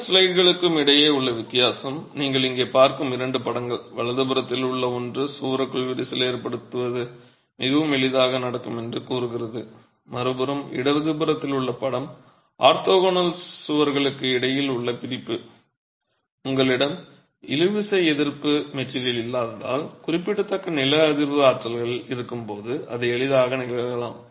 இரண்டு ஸ்லைடுகளுக்கும் இடையே உள்ள வித்தியாசம் நீங்கள் இங்கே பார்க்கும் இரண்டு படங்கள் வலதுபுறத்தில் உள்ள ஒன்று சுவருக்குள் விரிசல் ஏற்படுவது மிகவும் எளிதாக நடக்கும் என்று கூறுகிறது மறுபுறம் இடதுபுறத்தில் உள்ள படம் ஆர்த்தோகனல் சுவர்களுக்கு இடையில் உள்ள பிரிப்பு உங்களிடம் இழுவிசை எதிர்ப்பு மெட்டிரியல் இல்லாததால் குறிப்பிடத்தக்க நில அதிர்வு ஆற்றல்கள் இருக்கும்போது அங்கு எளிதாக நிகழலாம்